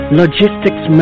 logistics